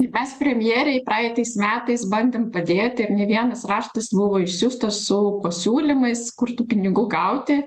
mes premjerei praeitais metais bandėm padėti ir ne vienas raštas buvo išsiųstas su pasiūlymais kur tų pinigų gauti